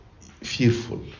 fearful